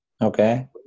Okay